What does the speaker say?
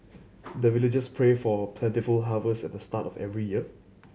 the villagers pray for plentiful harvest at the start of every year